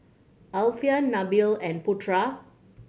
Alfian Nabil and Putra